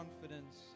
confidence